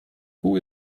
who